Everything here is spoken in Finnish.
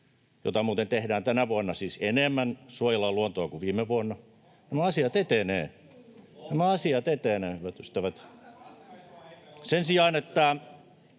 jota muuten tehdään tänä vuonna siis enemmän, suojellaan luontoa enemmän kuin viime vuonna. Nämä asiat etenevät. Nämä asiat etenevät, hyvät ystävät. Sen sijaan, että